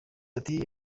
ati